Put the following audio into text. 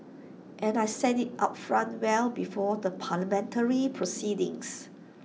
and I said IT upfront well before the parliamentary proceedings